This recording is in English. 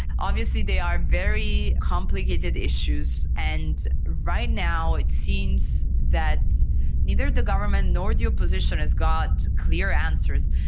obviously they are very complicated issues, and right now it seems that neither the government nor the opposition has got clear answers.